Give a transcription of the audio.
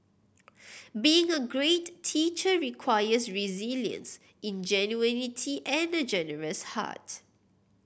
being a great teacher requires resilience ingenuity and a generous heart